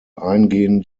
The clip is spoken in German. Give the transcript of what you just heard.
eingehen